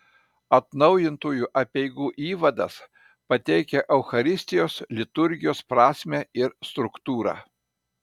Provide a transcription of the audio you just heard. atnaujintųjų apeigų įvadas pateikia eucharistijos liturgijos prasmę ir struktūrą